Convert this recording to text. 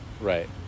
Right